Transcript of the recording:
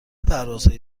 پروازهایی